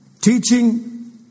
Teaching